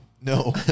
no